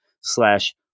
slash